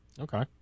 Okay